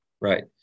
Right